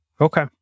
Okay